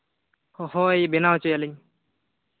ᱦᱳᱭ ᱵᱮᱱᱟᱣ ᱦᱚᱪᱚᱭᱟᱞᱤᱧ